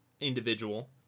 individual